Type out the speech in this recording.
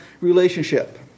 relationship